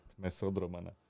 mesodromana